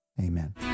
Amen